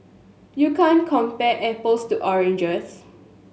you can't compare apples to oranges